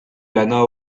lana